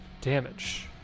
damage